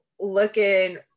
looking